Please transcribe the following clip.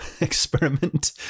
experiment